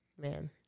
Man